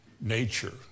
nature